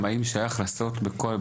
האם אפשר היה לעשות בכל,